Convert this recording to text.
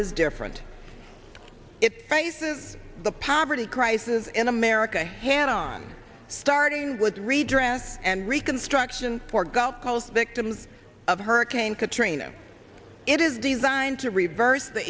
is different it faces the poverty crisis in america hands on starting with redress and reconstruction for gulf coast victims of hurricane katrina it is designed to reverse the